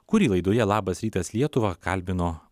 kurį laidoje labas rytas lietuva kalbino